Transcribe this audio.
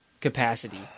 capacity